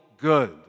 good